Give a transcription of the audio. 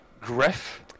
Griff